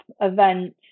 event